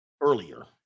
earlier